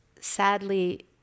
sadly